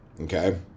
okay